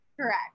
Correct